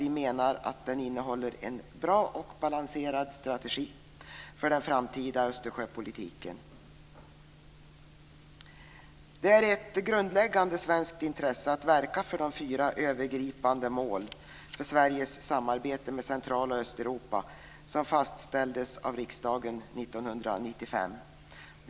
Vi menar att den innehåller en bra och balanserad strategi för den framtida Det är ett grundläggande svenskt intresse att verka för de fyra övergripande mål för Sveriges samarbete med Central och Östeuropa som fastställdes av riksdagen 1995.